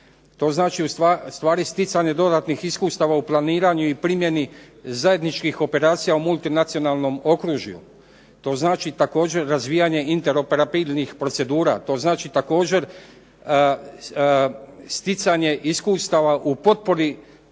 To znači ustvari sticanje dodatnih iskustava u planiranju i primjeni zajedničkih operacija u multinacionalnom okružju. To znači također razvijanje interoperabilnih procedura. To znači također sticanje iskustava u potpori